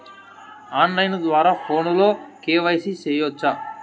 on line ద్వారా ఫోనులో KYC సేయొచ్చా